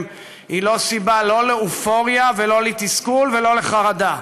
הם לא סיבה לא לאופוריה ולא לתסכול ולא לחרדה.